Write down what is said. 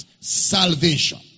Salvation